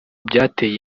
byateye